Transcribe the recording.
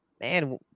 man